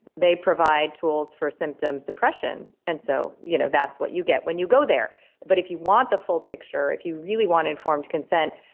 they provide tools for symptoms, repression and so you know that's what you get when you go there but if you want the full picture, if you really want informed consent,